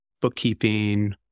bookkeeping